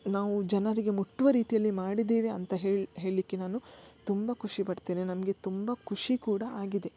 ನಾವು ಜನರಿಗೆ ಮುಟ್ಟುವ ರೀತಿಯಲ್ಲಿ ಮಾಡಿದ್ದೇವೆ ಅಂತ ಹೇಳಿ ಹೇಳಲಿಕ್ಕೆ ನಾನು ತುಂಬ ಖುಷಿ ಪಡ್ತೇನೆ ನಮಗೆ ತುಂಬ ಖುಷಿ ಕೂಡ ಆಗಿದೆ